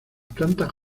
plantas